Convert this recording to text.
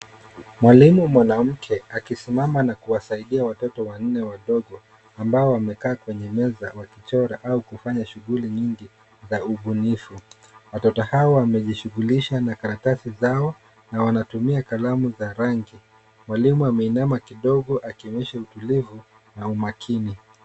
Mwalimu mwanamke akisimama na kuwasaidia watoto wanne wadogo ambao wamekaa kwenye meza wakichora au kufanya shughuli nyingi za ubunifu, watoto hao wamejishughulisha na karatasi zao na wanatumia kalamu za rangi mwalimu ameinama kidogo akionyesha utulivu.